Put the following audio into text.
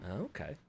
Okay